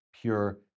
pure